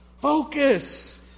Focus